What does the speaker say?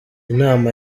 nama